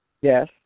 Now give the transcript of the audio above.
Yes